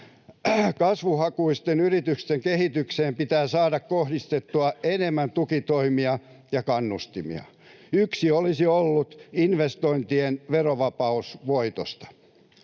Kasvuhakuisten yritysten kehitykseen pitää saada kohdistettua enemmän tukitoimia ja kannustimia. Yksi olisi ollut investointien verovapaus voitosta.